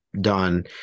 done